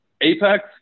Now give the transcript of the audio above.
Apex